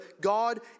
God